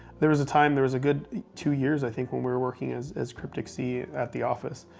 there was a time, there was a good two years, i think, when we were working as as cryptic sea at the office,